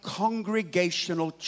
congregational